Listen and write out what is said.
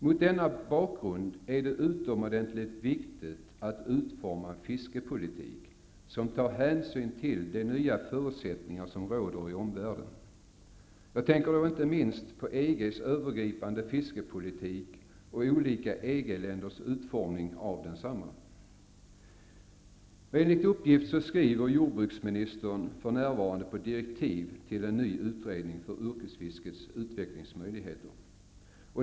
Mot denna bakgrund är det utomordentligt viktigt att utforma en fiskepolitik som tar hänsyn till de nya förutsättningar som råder i omvärlden. Jag tänker då inte minst på EG:s övergripande fiskepolitik och olika EG-länders utformning av densamma. Enligt uppgift skriver jordbruksministern för närvarande på direktiv till en ny utredning för yrkesfiskets utvecklingsmöjligheter.